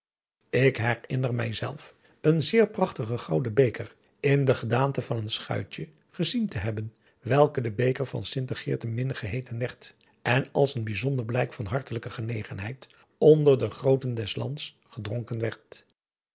ik herinner mij zelf een zeer prachtigen gouden beker in de gedaante van een schuitje gezien te hebben welke de beker van sinte geerten minne geheeten werd en als een bijzonder blijk adriaan loosjes pzn het leven van hillegonda buisman van hartelijke genegenheid onder de grooten des lands gedronken werd